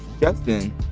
Justin